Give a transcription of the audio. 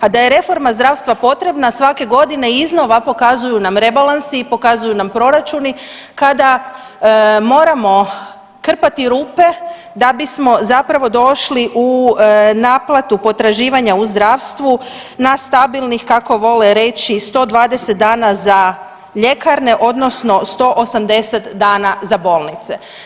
A da je reforma zdravstva potrebna, svake godine iznova pokazuju nam rebalansi i pokazuju nam proračuni kada moramo krpati rupe da bismo zapravo došli u naplatu potraživanja u zdravstvu na stabilnih, kako vole reći 120 dana za ljekarne, odnosno 180 dana za bolnice.